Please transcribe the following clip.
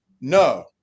No